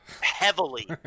heavily